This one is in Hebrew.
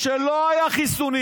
כשלא היו חיסונים.